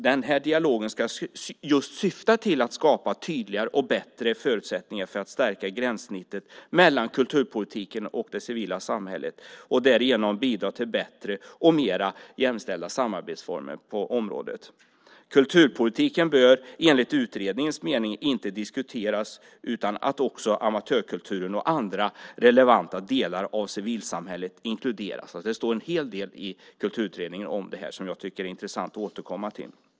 Den dialogen ska syfta till att skapa tydligare och bättre förutsättningar för att stärka gränssnittet mellan kulturpolitiken och det civila samhället och därigenom bidra till bättre och mer jämställda samarbetsformer på området. Kulturpolitiken bör enligt utredningens mening inte diskuteras utan att också amatörkulturen och andra relevanta delar av civilsamhället inkluderas. Det står en hel del i Kulturutredningen om det här, som jag tycker att det är intressant att återkomma till.